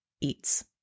eats